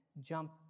jump